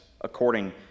according